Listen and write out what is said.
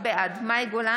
בעד איתן גינזבורג, נגד יואב